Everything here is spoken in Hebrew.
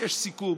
יש סיכום,